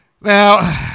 Now